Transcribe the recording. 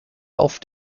auf